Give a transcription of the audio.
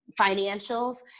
financials